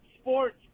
sports